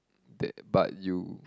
that but you